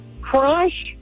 Crush